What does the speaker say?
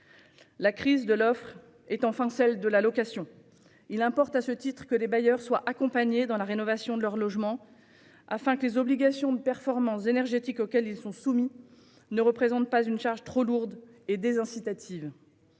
La crise de l'offre est enfin celle de la location. Il importe à ce titre que les bailleurs soient accompagnés dans la rénovation de leurs logements, afin que les obligations de performance énergétique auxquels ils sont soumis ne représentent pas une charge trop lourde et désincitative.